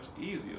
easier